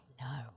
No